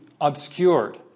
obscured